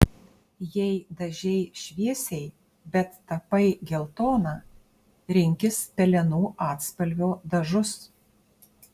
jei dažei šviesiai bet tapai geltona rinkis pelenų atspalvio dažus